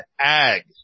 ag